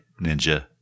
Ninja